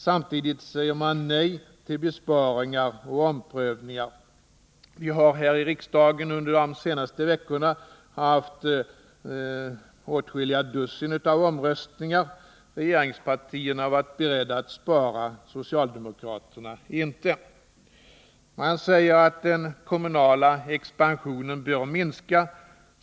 Samtidigt säger man nej till besparingar och omprövningar. Vi har här i riksdagen under de senaste veckorna haft åtskilliga dussin av omröstningar, där regeringspartierna har varit beredda att spara och socialdemokraterna inte. Man säger att den kommunala expansionen bör minska.